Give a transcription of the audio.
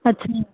सच में